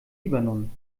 libanon